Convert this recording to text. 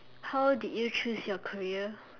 how did you chose your career